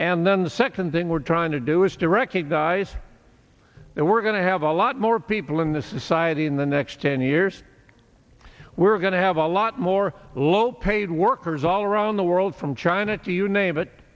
and then the second thing we're trying to do is to recognize that we're going to have a lot more people in this society in the next ten years we're going to have a lot more low paid workers all around the world from china to you name it